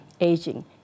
Aging